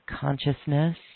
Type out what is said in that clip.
consciousness